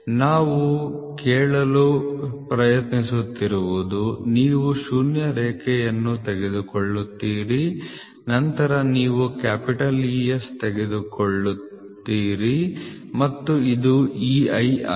ನಾವು ಹೇಳಲು ಪ್ರಯತ್ನಿಸುತ್ತಿರುವುದು ನೀವು ಶೂನ್ಯ ರೇಖೆಯನ್ನು ತೆಗೆದುಕೊಳ್ಳುತ್ತೀರಿ ನಂತರ ನೀವು E S ತೆಗೆದುಕೊಳ್ಳಲು ಪ್ರಯತ್ನಿಸುತ್ತೀರಿ ಮತ್ತು ಇದು E I ಆಗಿದೆ